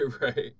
Right